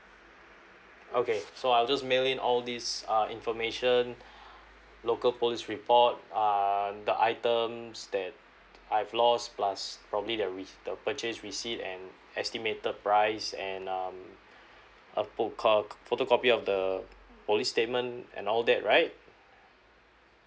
okay so I'll just mail in all these uh information local police report and the items that I've lost plus probably their re~ the purchase receipt and estimated price and um a pho~ co~ photocopy of the police statement and all that right